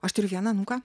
aš turiu vieną anūką